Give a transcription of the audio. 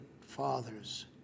fathers